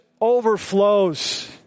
overflows